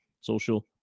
social